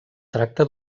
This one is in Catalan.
tracta